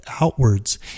outwards